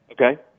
Okay